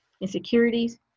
insecurities